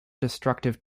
destructive